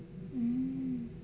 mm